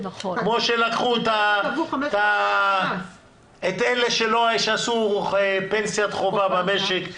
כמו שלקחו את אלה שעשו פנסיית חובה במשק,